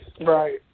Right